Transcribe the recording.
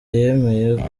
yemeye